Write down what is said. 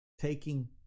taking